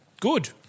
good